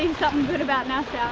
good about nassau,